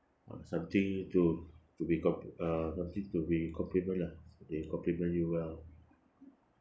uh something to to be compl~ uh something to be compliment lah they compliment you well